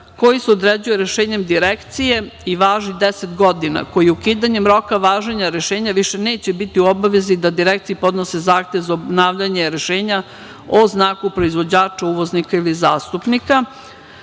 koji se određuje rešenjem direkcije i važi 10 godina, koji ukidanjem roka važenja rešenja više neće biti u obavezi da direkciji podnose zahtev za obnavljanje rešenja o znaku, proizvođaču, uvoznika ili zastupnika. Direkcija